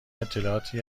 اطلاعاتی